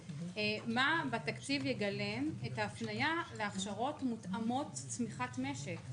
מה בתקציב יגלם את ההפניה להכשרות מותאמות צמיחת משק?